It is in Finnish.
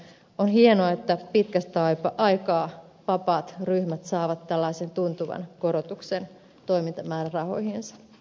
on hienoa että pitkästä aikaa vapaat ryhmät saavat tällaisen tuntuvan korotuksen toimintamäärärahoihinsa